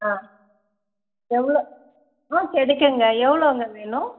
ஆ எவ்வளோ ஆ கிடைக்குங்க எவ்வளோங்க வேணும்